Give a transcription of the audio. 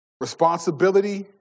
Responsibility